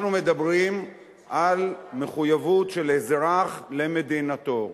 אנחנו מדברים על מחויבות של אזרח למדינתנו,